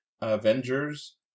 Avengers